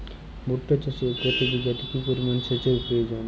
ভুট্টা চাষে প্রতি বিঘাতে কি পরিমান সেচের প্রয়োজন?